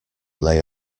lay